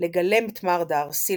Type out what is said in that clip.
לגלם את מר דארסי,